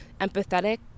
empathetic